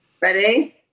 Ready